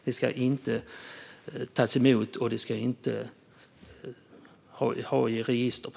Det ska inte tas emot, och det ska inte sparas. Varför?